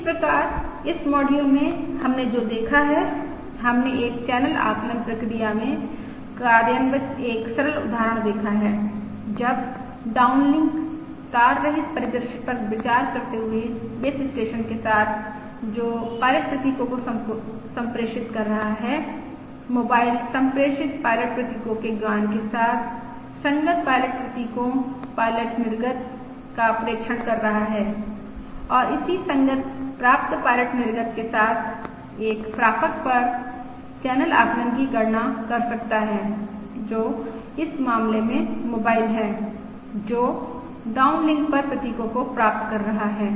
इस प्रकार इस मॉड्यूल में हमने जो देखा है हमने एक चैनल आकलन प्रक्रिया में कार्यान्वित एक सरल उदाहरण देखा है जब डाउनलिंक तार रहित परिदृश्य पर विचार करते हुए बेस स्टेशन के साथ जो पायलट प्रतीकों को सम्प्रेषित कर रहा है मोबाइल सम्प्रेषित पायलट प्रतीकों के ज्ञान के साथ संगत पायलट प्रतीकों पायलट निर्गत का प्रेक्षण कर रहा है और इसी संगत प्राप्त पायलट निर्गत के साथ एक प्रापक पर चैनल आकलन की गणना कर सकता है जो इस मामले में मोबाइल है जो डाउनलिंक पर प्रतीकों को प्राप्त कर रहा है